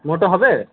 মোটো হবে